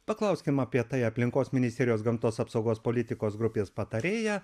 paklauskim apie tai aplinkos ministerijos gamtos apsaugos politikos grupės patarėją